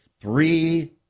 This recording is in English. three